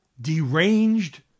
deranged